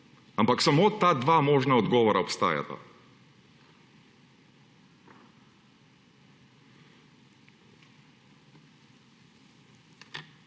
ampak samo ta dva možna odgovora obstajata.